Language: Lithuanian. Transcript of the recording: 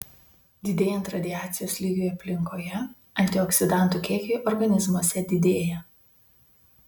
didėjant radiacijos lygiui aplinkoje antioksidantų kiekiai organizmuose didėja